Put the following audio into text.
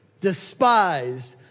despised